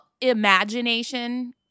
imagination